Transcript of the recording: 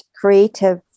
creative